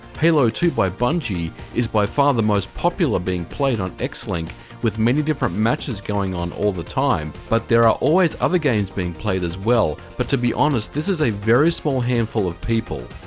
halo two by bungie is by far the most popular being played on xlink with many different matches going on all the time. but there are always other games being played as well. but, to be honest, this is a very small handful of people.